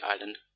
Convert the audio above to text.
island